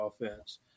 offense